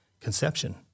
conception